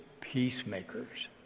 peacemakers